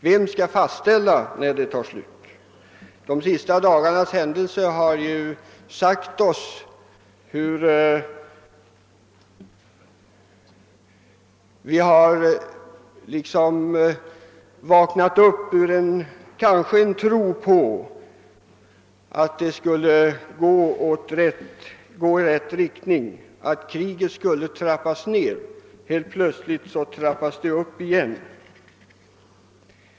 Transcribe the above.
Vem skall fastställa när det tar slut? De senaste dagarnas händelser har medfört att vi vaknat upp igen ur en förhoppning på att utvecklingen skulle gå i rätt riktning och att kriget skulle trappas ned. Men helt plötsligt så trappas det upp igen.